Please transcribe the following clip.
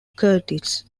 curtis